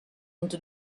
into